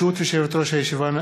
ברשות יושבת-ראש הישיבה,